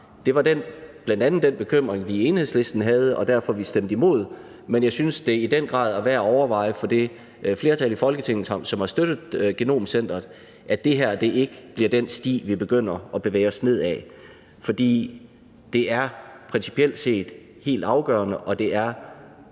Det var bl.a. den bekymring, vi i Enhedslisten havde, og det var derfor, vi stemte imod, men jeg synes, at det i den grad er værd at overveje for det flertal i Folketinget, som har støttet Nationalt Genom Center, at det her ikke bliver den sti, vi begynder at bevæge os ned ad. For det er principielt set helt afgørende, og det er